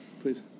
please